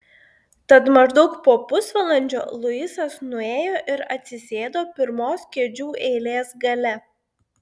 tad maždaug po pusvalandžio luisas nuėjo ir atsisėdo pirmos kėdžių eilės gale